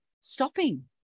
stopping